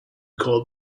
called